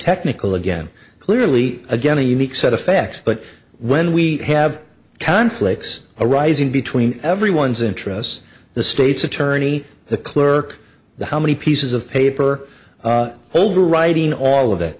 technical again clearly again a unique set of facts but when we have conflicts arising between everyone's interests the state's attorney the clerk the how many pieces of paper holder writing all of that